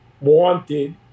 wanted